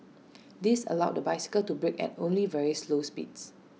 this allowed the bicycle to brake at only very slow speeds